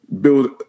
build